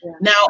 Now